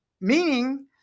meaning